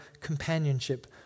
companionship